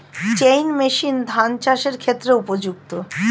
Chain machine ধান চাষের ক্ষেত্রে উপযুক্ত?